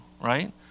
right